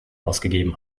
ausgegeben